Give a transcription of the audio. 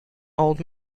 old